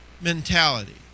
mentality